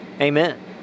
Amen